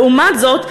לעומת זאת,